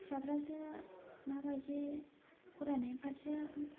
फिसाफ्रासो माबायदि फरायनायनि फारसे